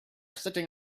sitting